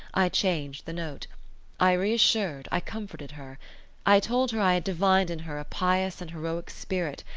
i changed the note i reassured, i comforted her i told her i had divined in her a pious and heroic spirit,